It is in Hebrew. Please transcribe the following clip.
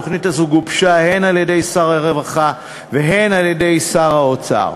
התוכנית הזו גובשה הן על-ידי שר הרווחה והן על-ידי שר האוצר.